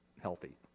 healthy